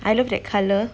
I love that colour